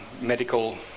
medical